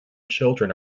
children